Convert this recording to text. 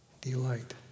delight